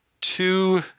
two